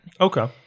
Okay